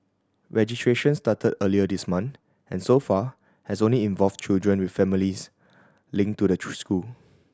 registration started earlier this month and so far has only involved children with families link to the school